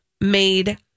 made